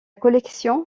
collection